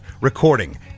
recording